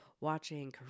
watching